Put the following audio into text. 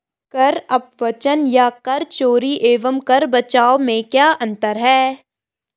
कर अपवंचन या कर चोरी एवं कर बचाव में क्या अंतर है?